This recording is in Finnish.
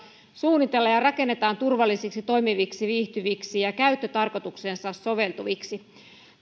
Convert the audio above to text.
suunnitellaan ja rakennetaan turvallisiksi toimiviksi viihtyisiksi ja käyttötarkoitukseensa soveltuviksi